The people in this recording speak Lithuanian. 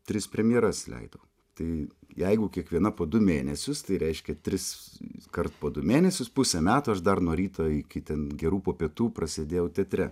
tris premjeras leidau tai jeigu kiekviena po du mėnesius tai reiškia tris kart po du mėnesius pusę metų aš dar nuo ryto iki ten gerų po pietų prasėdėjau teatre